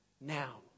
now